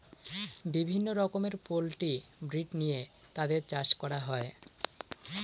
বিভিন্ন রকমের poultry breed নিয়ে তাদের চাষ করা হয়